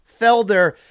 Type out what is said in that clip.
Felder